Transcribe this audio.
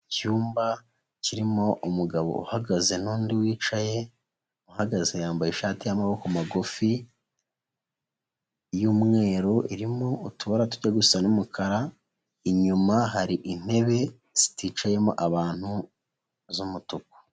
Icyumba kirimo umugabo uhagaze n'undi wicaye, uhagaze yambaye ishati y'amaboko magufi y'umweru irimo utubara tujya gusa n'umukara, inyuma hari intebe ziticayemo abantu z'umutuku.